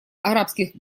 арабских